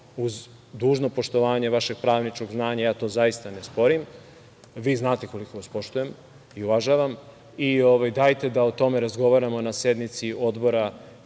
uz dužno poštovanje vašeg pravničkog znanja, ja to zaista ne sporim. Vi znate koliko vas poštujem i uvažavam. Dajte da o tome razgovaramo na sednici odbora